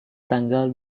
tanggal